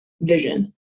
vision